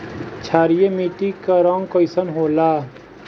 क्षारीय मीट्टी क रंग कइसन होला?